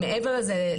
מעבר לזה,